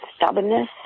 stubbornness